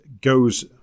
goes